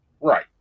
Right